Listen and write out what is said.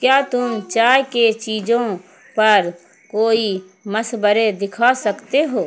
کیا تم چائے کے چیزوں پر کوئی مشورے دکھا سکتے ہو